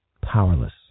powerless